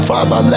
Father